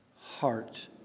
heart